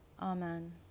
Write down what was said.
Amen